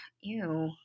Ew